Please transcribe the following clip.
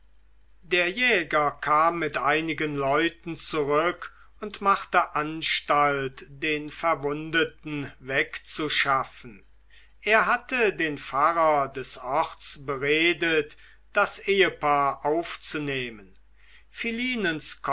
der jäger kam mit einigen leuten zurück und machte anstalt den verwundeten wegzuschaffen er hatte den pfarrer des orts beredet das ehepaar aufzunehmen